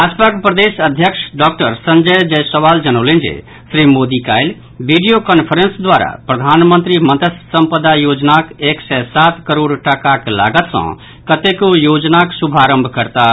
भाजपाक प्रदेश अध्यक्ष डॉक्टर संजय जायसवाल जनौलनि जे श्री मोदी काल्हि वीडियो कांफ्रेंस द्वारा प्रधानमंत्री मत्स्य संपदा योजनाक एक सय सात करोड़ टाकाक लागत सॅ कतेको योजनाक शुभारंभ करताह